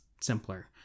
simpler